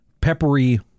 peppery